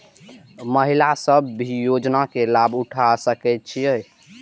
महिला सब भी योजना के लाभ उठा सके छिईय?